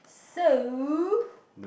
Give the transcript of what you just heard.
so